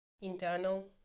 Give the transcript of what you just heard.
internal